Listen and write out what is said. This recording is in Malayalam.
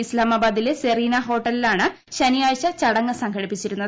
ഇസ്ലാമാബാദിലെ സെറീന ഫ്ലോട്ട്ടലിലാണ് ശനിയാഴ്ച ചടങ്ങ് സംഘടിപ്പിച്ചിരുന്നത്